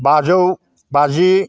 बाजौ बाजि